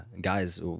guys